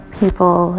people